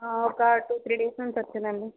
ఒక two three days నుంచి వచ్చిందండి